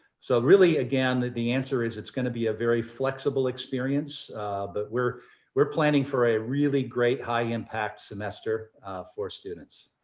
so really, again, the answer is it's going to be a very flexible experience but we're we're planning for a really great high impact semester for students.